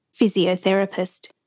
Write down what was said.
physiotherapist